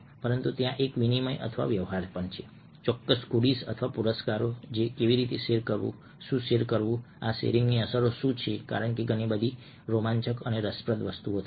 પરંતુ ત્યાં એક વિનિમય અથવા વ્યવહાર પણ છે ચોક્કસ ગુડીઝ અથવા પુરસ્કારો કેવી રીતે શેર કરવું શું શેર કરવું આ શેરિંગની અસરો શું છે કારણ કે ઘણી બધી રોમાંચક અને રસપ્રદ વસ્તુઓ થાય છે